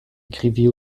écrivit